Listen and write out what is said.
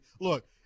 Look